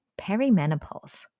perimenopause